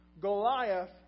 Goliath